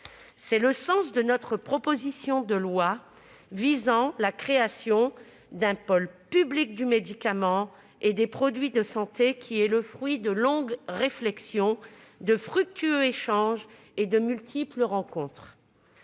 C'est le sens de notre proposition de loi portant création d'un pôle public du médicament et des produits de santé, fruit de longues réflexions, de fructueux échanges et de multiples rencontres.